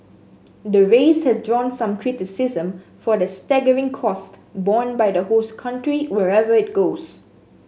the race has drawn some criticism for the staggering cost borne by the host country wherever it goes